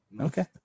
Okay